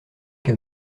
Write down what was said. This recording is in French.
que